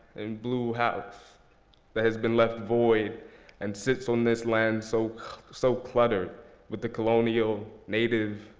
and blue house that has been left void and sits on this land so so cluttered with the colonial native